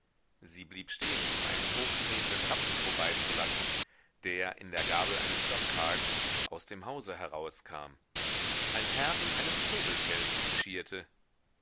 sie blieb stehen um einen hochtretenden rappen vorbeizulassen der in der gabel eines dogcarts aus dem hause herauskam ein herr in einem zobelpelz kutschierte